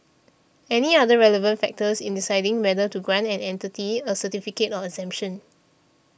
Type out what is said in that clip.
any other relevant factors in deciding whether to grant an entity a certificate of exemption